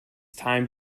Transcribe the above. time